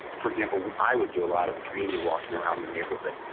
for example, i would do a lot of dreamy walking around the neighborhood,